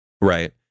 Right